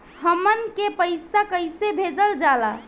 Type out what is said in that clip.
हमन के पईसा कइसे भेजल जाला?